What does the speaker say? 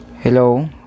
hello